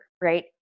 right